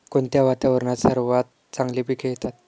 कोणत्या वातावरणात सर्वात चांगली पिके येतात?